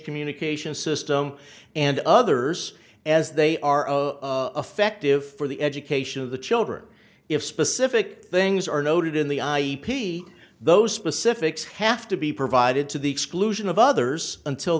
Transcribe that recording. communication system and others as they are affective for the education of the children if specific things are noted in the i e those specifics have to be provided to the exclusion of others until